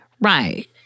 Right